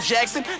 Jackson